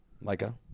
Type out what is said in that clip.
Micah